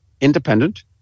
independent